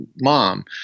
mom